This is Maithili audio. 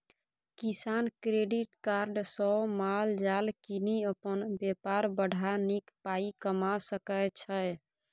किसान क्रेडिट कार्ड सँ माल जाल कीनि अपन बेपार बढ़ा नीक पाइ कमा सकै छै